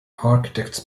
architects